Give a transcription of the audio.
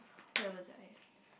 where was I